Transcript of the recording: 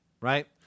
Right